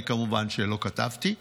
אני כמובן שלא כתבתי,